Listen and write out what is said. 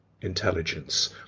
intelligence